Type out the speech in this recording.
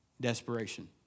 desperation